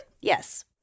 Yes